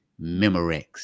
Memorex